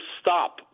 stop